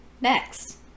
Next